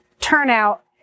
turnout